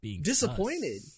disappointed